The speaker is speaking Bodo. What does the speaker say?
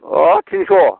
अ' थिल्छ'